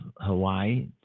Hawaii